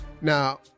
Now